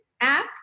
app